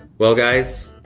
well, guys,